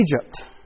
Egypt